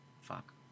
Fuck